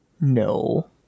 No